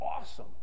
awesome